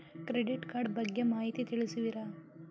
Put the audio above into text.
Credit card ಬಗ್ಗೆ ಮಾಹಿತಿ ತಿಳಿಸುವಿರಾ?